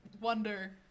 wonder